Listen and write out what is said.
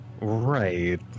right